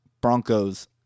Broncos